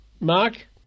Mark